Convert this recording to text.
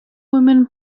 women